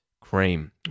cream